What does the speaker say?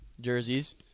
jerseys